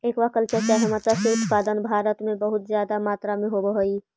aqua culture चाहे मत्स्य उत्पादन भारत में बहुत जादे मात्रा में होब हई